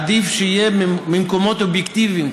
עדיף שיהיה ממקומות אובייקטיביים,